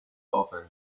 oven